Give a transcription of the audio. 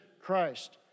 Christ